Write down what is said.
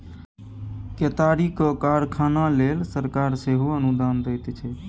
केतारीक कारखाना लेल सरकार सेहो अनुदान दैत छै